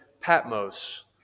Patmos